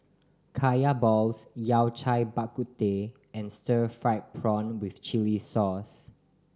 Kaya balls Yao Cai Bak Kut Teh and stir fried prawn with chili sauce